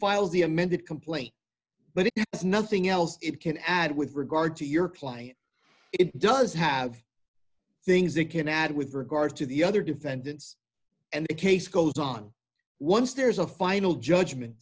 filed the amended complaint but it has nothing else it can add with regard to your client it does have things it can add with regard to the other defendants and the case goes on once there's a final judgment